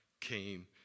came